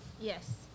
Yes